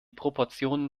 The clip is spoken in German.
proportionen